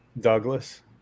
Douglas